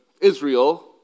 Israel